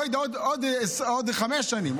בעוד חמש שנים,